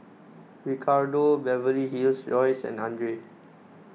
Ricardo Beverly Hills Royce and andre